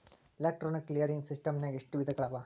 Electronic clearing ಸಿಸ್ಟಮ್ನಾಗ ಎಷ್ಟ ವಿಧಗಳವ?